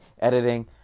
editing